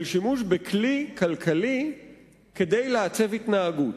של שימוש בכלי כלכלי כדי לעצב התנהגות.